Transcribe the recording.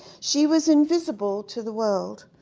she was invisible to the world.